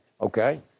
Okay